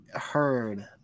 heard